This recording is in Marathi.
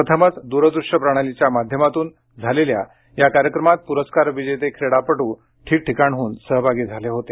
प्रथमच दूरदृश्यप्रणालीच्या माध्यमातून झालेल्या या कार्यक्रमात पुरस्कार विजेते क्रीडापटू ठिकठिकाणहून सहभागी झाले होते